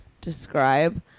describe